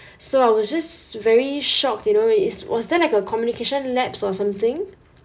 so I was just very shocked you know it's was then like a communication lapse or something